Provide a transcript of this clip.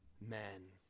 men